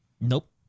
Nope